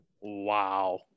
Wow